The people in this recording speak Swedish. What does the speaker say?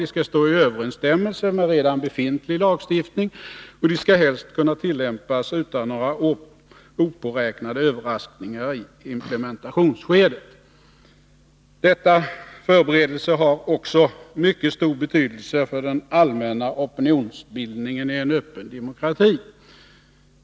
De skall stå i överensstämmelse med redan befintlig lagstiftning. Vidare skall de helst kunna tillämpas utan några opåräknade överraskningar i implementsskedet. Förberedelsearbetet har också mycket stor betydelse för den allmänna opinionsbildningen i en öppen demokrati.